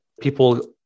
people